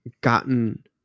gotten